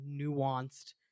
nuanced